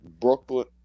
Brooklyn